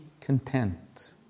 content